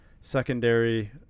secondary